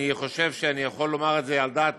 אני חושב שאני יכול לומר את זה על דעת